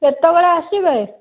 କେତେବେଳେ ଆସିବେ